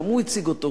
גם הוא הציג אותו,